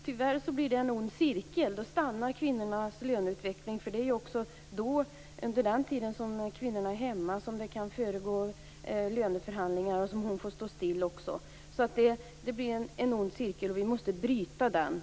Tyvärr blir det en ond cirkel, och kvinnornas löneutveckling stannar av. Under den tid kvinnan är hemma kan det föregå löneförhandlingar där hennes lön får stå still. Det blir en ond cirkel, och vi måste bryta den.